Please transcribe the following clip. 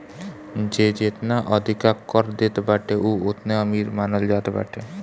जे जेतना अधिका कर देत बाटे उ ओतने अमीर मानल जात बाटे